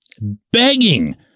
begging